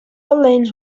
lanes